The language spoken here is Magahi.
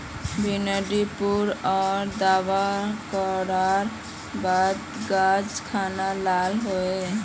भिन्डी पुक आर दावा करार बात गाज खान लाल होए?